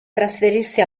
trasferirsi